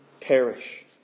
perish